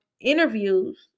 interviews